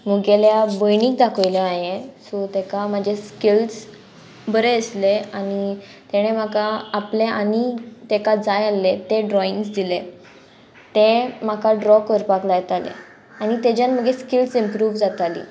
मुगेल्या भयणीक दाखयलें हांयें सो तेका म्हाजे स्किल्स बरें आसले आनी तेणें म्हाका आपलें आनी तेका जाय आसलें तें ड्रॉइंग्स दिले तें म्हाका ड्रॉ करपाक लायताले आनी तेज्यान म्हगे स्किल्स इम्प्रूव जाताली